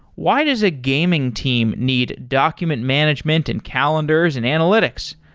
why does a gaming team need document management and calendars and analytics?